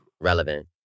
Relevant